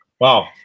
Wow